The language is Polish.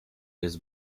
jest